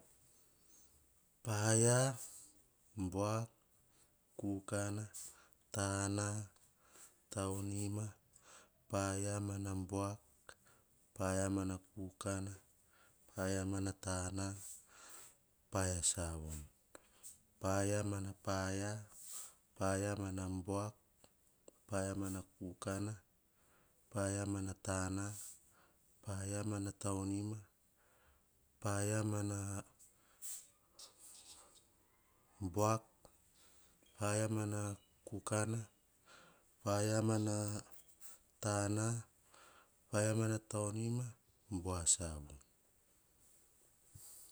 Paia, buak, kukana, tana, taunima, paia mana buak, paia mana kukana, paia mana tana, paia savon. Paia mana paia, paia mana buak, paia mana kukana, paia mana tana, paia mana taunima, paia mana buak, paia mana kukana, paia mana tana, paia mana taunima, voa savun.